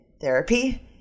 therapy